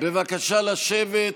בבקשה לשבת.